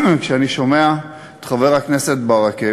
כשאני שומע את חבר הכנסת ברכה,